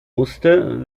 musste